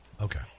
Okay